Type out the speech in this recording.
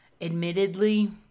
admittedly